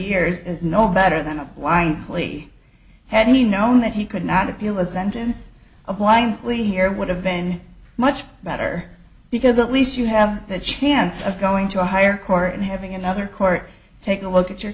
years is no better than a wind plea had he known that he could not appeal a sentence applying plea here would have been much better because at least you have that chance of going to a higher court and having another court take a look at your